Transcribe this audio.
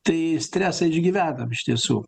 tai stresą išgyvenam iš tiesų